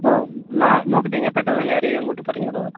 എന്നാൽ നോക്കട്ടെ ഞാൻ പെട്ടെന്ന് തന്നെ ആരെയേലും അങ്ങോട്ട് പറഞ്ഞുവിടാൻ നോക്കാം